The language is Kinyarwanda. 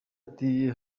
ati